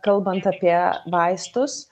kalbant apie vaistus